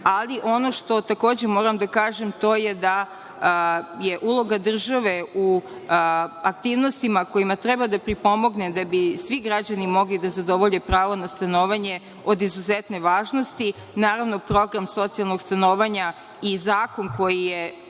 ali ono što takođe moram da kažem, to je da je uloga države u aktivnostima kojima treba da pripomognem da bi svi građani mogli da zadovolje pravo na stanovanje, od izuzetne važnosti. Naravno, program socijalnog stanovanja i zakon koji je,